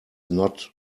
not